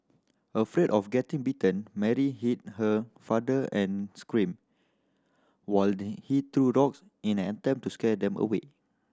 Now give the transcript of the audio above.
afraid of getting bitten Mary hid her father and screamed while he threw rocks in an attempt to scare them away